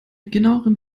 genauerem